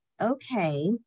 Okay